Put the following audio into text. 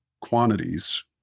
quantities